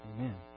Amen